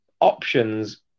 Options